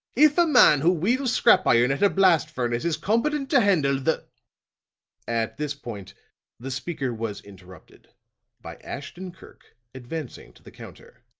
if a man who wheels scrap iron at a blast furnace is competent to handle the at this point the speaker was interrupted by ashton-kirk advancing to the counter.